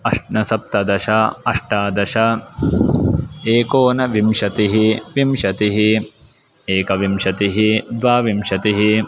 अष् न सप्तदश अष्टादश एकोनविंशतिः विंशतिः एकविंशतिः द्वाविंशतिः